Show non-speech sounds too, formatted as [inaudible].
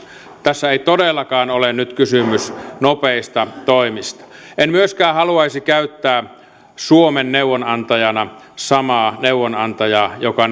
tässä ei todellakaan ole nyt kysymys nopeista toimista en myöskään haluaisi käyttää suomen neuvonantajana samaa neuvonantajaa joka [unintelligible]